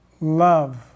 love